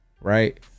Right